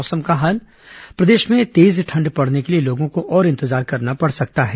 मौसम प्रदेश में तेज ठंड पड़ने के लिए लोगों को और इंतजार करना पड़ सकता है